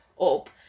up